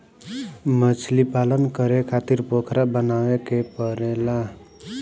मछलीपालन करे खातिर पोखरा बनावे के पड़ेला